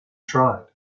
tried